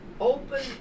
open